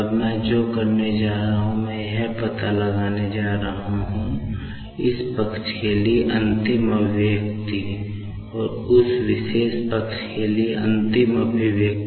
अब मैं जो करने जा रहा हूं मैं यह पता लगाने जा रहा हूं इस पक्ष के लिए अंतिम अभिव्यक्ति और उस विशेष पक्ष के लिए अंतिम अभिव्यक्ति